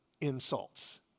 insults